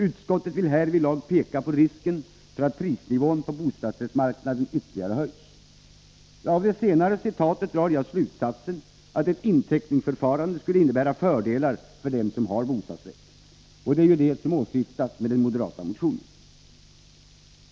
Utskottet vill härvidlag peka på risken för att prisnivån på bostadsrättsmarknaden ytterligare höjs.” Av det senare citatet drar jag slutsatsen att ett inteckningsförfarande skulle innebära fördelar för den som har bostadsrätt. Och det är ju det som åsyftas med den moderata motionen.